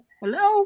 hello